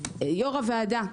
יו"ר הועדה,